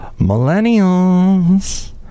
Millennials